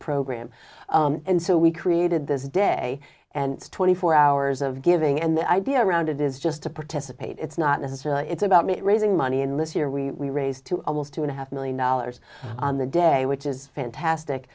program and so we created this day and twenty four hours of giving and the idea around it is just to participate it's not necessarily it's about me raising money and live here we raise to almost two and a half million dollars on the day which is fantastic